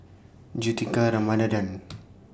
Juthika Ramanathan